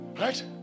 Right